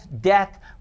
death